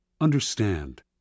Understand